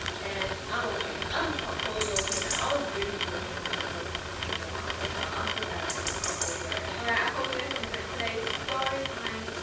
and i'm okay. i'm totally okay. i i was really emotional in the first twenty four hours, but after that i just got over it. alright, i hope you guys enjoyed today's storytime,